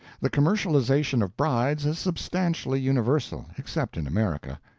the commercialization of brides is substantially universal, except in america.